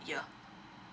year